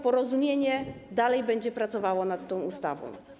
Porozumienie dalej będzie pracowało nad tą ustawą.